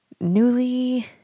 newly